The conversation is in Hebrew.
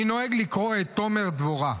אני נוהג לקרוא את תומר דבורה.